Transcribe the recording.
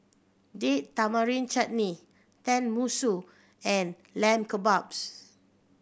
Date Tamarind Chutney Tenmusu and Lamb Kebabs